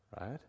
right